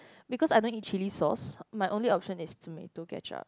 because I don't eat chilli sauce my only option is tomato ketchup